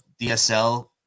DSL